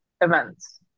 events